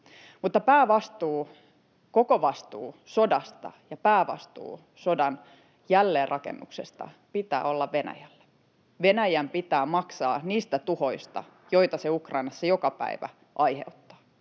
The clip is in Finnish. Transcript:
koko vastuun sodasta ja päävastuun sodan jälleenrakennuksesta, pitää olla Venäjällä. Venäjän pitää maksaa niistä tuhoista, joita se Ukrainassa joka päivä aiheuttaa.